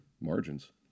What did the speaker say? margins